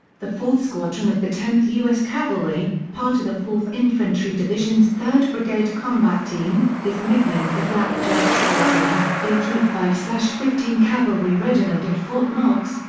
the fourth squadron of the tenth us cavalry, part of the fourth infantry division's third brigade combat team, is nicknamed the blackjack squadron b troop five fifteen cavalry regiment at fort knox,